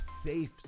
safe